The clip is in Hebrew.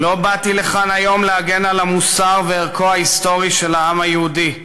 לא באתי לכאן היום להגן על המוסר וערכו ההיסטורי של העם היהודי,